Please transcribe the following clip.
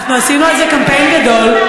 אנחנו עשינו על זה קמפיין גדול,